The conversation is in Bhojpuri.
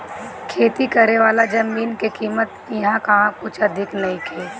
खेती करेवाला जमीन के कीमत इहा कुछ अधिका नइखे